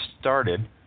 started